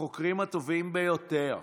החוקרים הטובים ביותר,